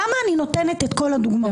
למה אני נותנת את כל הדוגמאות האלה?